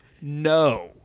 no